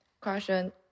question